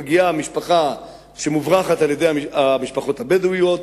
מגיעה משפחה שמוברחת על-ידי המשפחות הבדואיות,